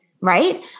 right